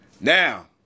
Now